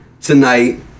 tonight